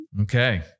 Okay